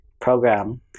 program